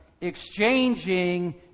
exchanging